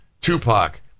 Tupac